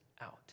out